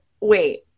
Wait